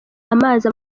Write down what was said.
amazi